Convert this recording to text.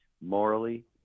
morally